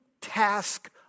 task